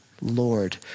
Lord